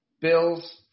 Bills